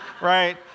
right